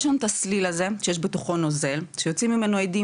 אבל יש שם את הסליל הזה שיש בתוכו נוזל שיוצאים ממנו אדים